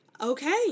Okay